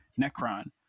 Necron